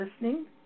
listening